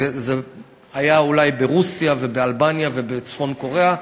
זה היה אולי ברוסיה ובאלבניה ובצפון-קוריאה,